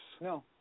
No